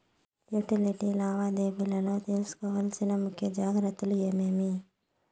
Utility లావాదేవీల లో తీసుకోవాల్సిన ముఖ్య జాగ్రత్తలు ఏమేమి?